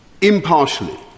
impartially